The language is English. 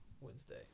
Wednesday